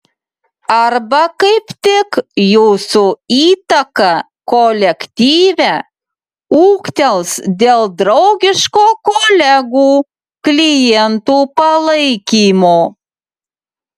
arba kaip tik jūsų įtaka kolektyve ūgtels dėl draugiško kolegų klientų palaikymo